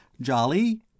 Jolly